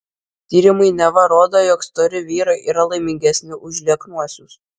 tyrimai neva rodo jog stori vyrai yra laimingesni už lieknuosius